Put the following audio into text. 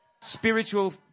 Spiritual